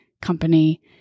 company